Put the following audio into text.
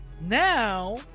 Now